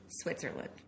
Switzerland